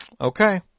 Okay